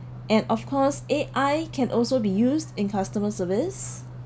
and of course A_I can also be used in customer service